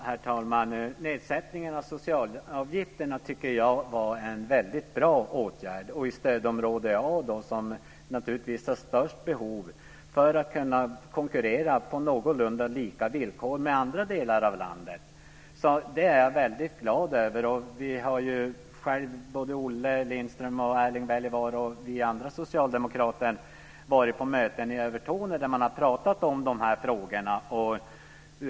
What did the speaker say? Herr talman! Jag tycker att nedsättningen av socialavgifterna var en väldigt bra åtgärd. Det gällde ju stödområde A, som naturligtvis har störst behov för att kunna konkurrera på någorlunda lika villkor med andra delar av landet. Det är jag väldigt glad över. Olle Lindström, Erling Wälivaara och vi socialdemokrater har varit på möten i Övertorneå där man har pratat om de här frågorna.